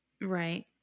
Right